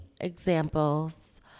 examples